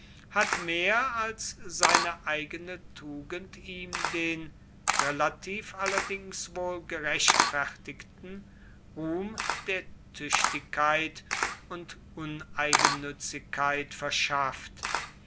hat mehr als seine eigene tugend ihm den relativ allerdings wohl gerechtfertigten ruhm der tüchtigkeit und uneigennützigkeit verschafft